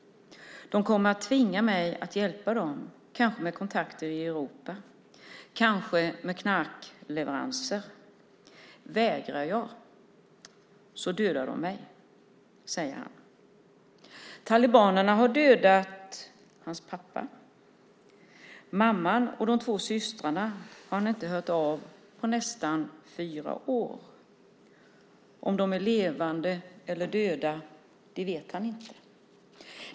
De kommer att tvinga mig att hjälpa dem, kanske med kontakter i Europa, kanske med knarkleveranser. Vägrar jag dödar de mig, säger han. Talibanerna har dödat hans pappa. Mamman och de två systrarna har han inte hört av på nästan fyra år. Om de är levande eller döda vet han inte.